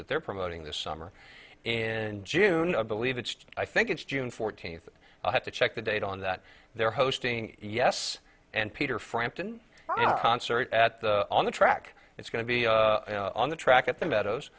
that they're promoting this summer in june i believe it's i think it's june fourteenth i have to check the date on that they're hosting yes and peter frampton concert at the on the track it's going to be on the track at the meadows